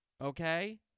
Okay